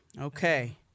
okay